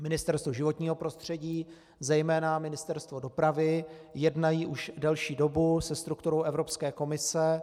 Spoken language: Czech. Ministerstvo životního prostředí, zejména Ministerstvo dopravy jednají už delší dobu se strukturou Evropské komise.